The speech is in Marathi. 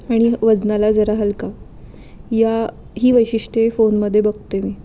आणि वजनाला जरा हलका या ही वैशिष्ट्ये फोनमध्ये बघते मी